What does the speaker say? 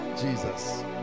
Jesus